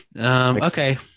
okay